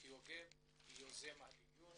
מוטי יוגב יוזם הדיון